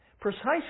Precisely